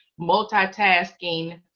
multitasking